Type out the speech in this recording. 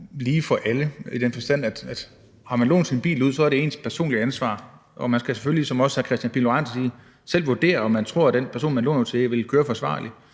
lige for alle, i den forstand at har man lånt sin bil ud, er det ens personlige ansvar, og man skal selvfølgelig, som også hr. Kristian Pihl Lorentzen sagde, selv vurdere, om man tror, at den person, man låner ud til, vil køre forsvarligt,